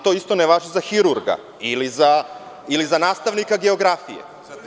To isto ne važi za hirurga ili za nastavnika geografije.